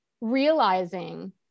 realizing